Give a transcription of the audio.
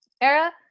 era